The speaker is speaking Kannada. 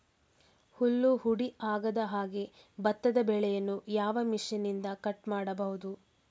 ಹುಲ್ಲು ಹುಡಿ ಆಗದಹಾಗೆ ಭತ್ತದ ಬೆಳೆಯನ್ನು ಯಾವ ಮಿಷನ್ನಿಂದ ಕಟ್ ಮಾಡಬಹುದು?